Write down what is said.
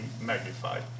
magnified